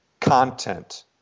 content